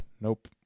Nope